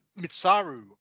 Mitsaru